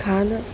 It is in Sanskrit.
कालः